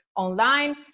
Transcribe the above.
online